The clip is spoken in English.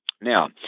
Now